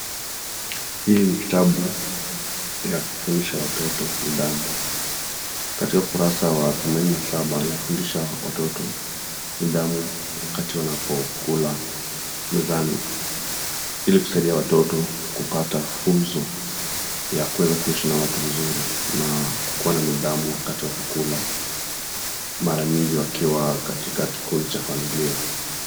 Hii ni kitabu ya kufundisha watoto nidhamu. Katika ukurasa wa themanini na saba yafundisha watoto nidhamu wakati wanapokula mezani ili kusaidia watoto kupata funzo ya kuweza kuishi na watu vizuri, na kukuwa na nidhamu wakati wa kukula mara nyingi wakiwa katika kikundi cha familia.